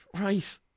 right